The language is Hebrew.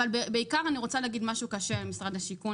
אבל בעיקר אני רוצה להגיד משהו קשה למשרד השיכון